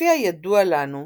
לפי הידוע לנו,